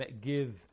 give